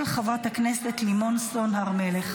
של חברת הכנסת לימור סון הר מלך.